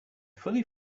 fully